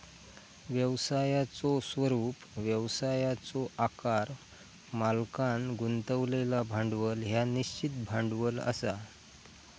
व्यवसायाचो स्वरूप, व्यवसायाचो आकार, मालकांन गुंतवलेला भांडवल ह्या निश्चित भांडवल असा